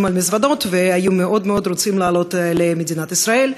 על מזוודות והיו מאוד מאוד רוצים לעלות למדינת ישראל.